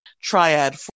triad